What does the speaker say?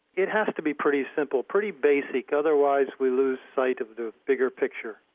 it has to be pretty simple, pretty basic. otherwise, we lose sight of the bigger picture,